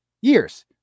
years